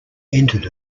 entered